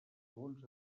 bons